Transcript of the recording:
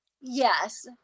Yes